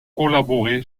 collaboré